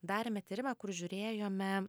darėme tyrimą kur žiūrėjome